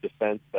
defense